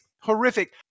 horrific